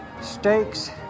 Steaks